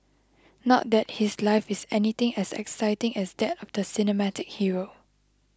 not that his life is anything as exciting as that of the cinematic hero